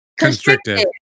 constrictive